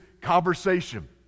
conversation